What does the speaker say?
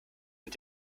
mit